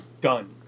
done